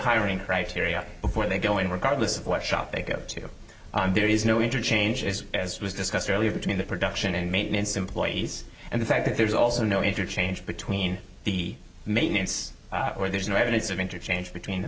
hiring criteria before they go and regardless of what shop they go to there is no interchanges as was discussed earlier between the production and maintenance employees and the fact that there's also no interchange between the maintenance or there's no evidence of interchange between the